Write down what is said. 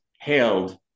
hailed